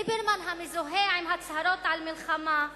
ליברמן, המזוהה עם הצהרות על מלחמה,